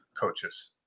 coaches